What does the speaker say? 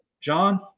John